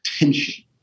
attention